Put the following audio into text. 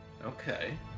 okay